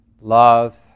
love